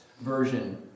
version